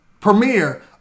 Premiere